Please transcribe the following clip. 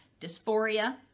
dysphoria